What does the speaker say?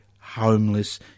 homeless